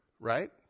right